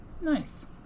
Nice